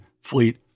Fleet